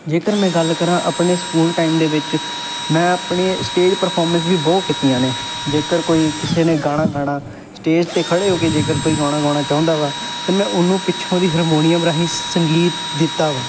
ਜੇਕਰ ਮੈਂ ਗੱਲ ਕਰਾਂ ਆਪਣੇ ਸਕੂਲ ਟਾਈਮ ਦੇ ਵਿੱਚ ਮੈਂ ਆਪਣੇ ਸਟੇਜ ਪ੍ਰਫੋਰਮੈਂਸ ਵੀ ਬਹੁਤ ਕੀਤੀਆਂ ਨੇ ਜੇਕਰ ਕੋਈ ਕਿਸੇ ਨੇ ਗਾਣਾ ਗਾਉਣਾ ਸਟੇਜ 'ਤੇ ਖੜ੍ਹੇ ਹੋ ਕੇ ਜੇਕਰ ਕੋਈ ਗਾਣਾ ਗਾਉਣਾ ਚਾਹੁੰਦਾ ਵਾ ਤਾਂ ਮੈਂ ਉਹਨੂੰ ਪਿੱਛੋਂ ਦੀ ਹਰਮੋਨੀਅਮ ਰਾਹੀਂ ਸੰਗੀਤ ਦਿੱਤਾ ਵਾ